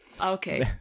okay